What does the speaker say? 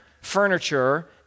furniture